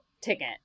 ticket